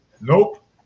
Nope